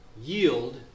yield